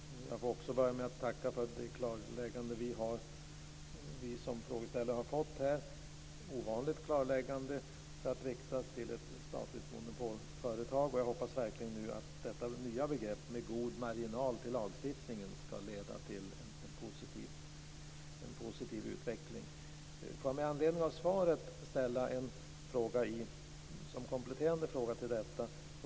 Fru talman! Jag får också börja med att tacka för det klarläggande vi frågeställare har fått här. Det är ett ovanligt klarläggande för att riktas till ett statligt monopolföretag, och jag hoppas verkligen att detta nya begrepp - med god marginal till lagstiftningen - skall leda till en positiv utveckling. Låt mig med anledning av svaret ställa en kompletterande fråga.